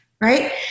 right